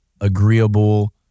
agreeable